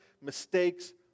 mistakes